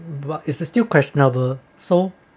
what is the still crash never so